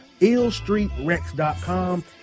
IllStreetRex.com